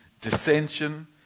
dissension